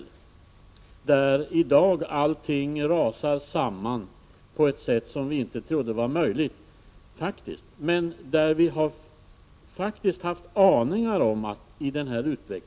I öststaterna rasar nu allting samman på ett sätt som vi faktiskt inte trott vara möjligt, även om vi haft aningar om att utvecklingen skulle gå i den riktningen.